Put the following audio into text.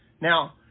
Now